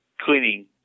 cleaning